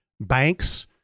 banks –